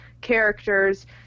characters